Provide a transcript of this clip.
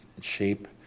shape